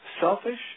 Selfish